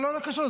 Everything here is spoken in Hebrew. לא, לא קשור.